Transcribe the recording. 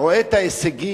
אתה רואה את ההישגים,